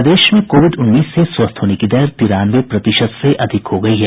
प्रदेश में कोविड उन्नीस से स्वस्थ होने की दर तिरानवे प्रतिशत से अधिक हो गयी है